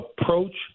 approach